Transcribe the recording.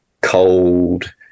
cold